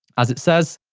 as it says.